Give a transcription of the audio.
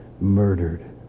murdered